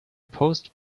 post